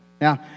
Now